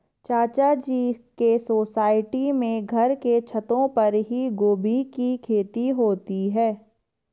चाचा जी के सोसाइटी में घर के छतों पर ही गोभी की खेती होती है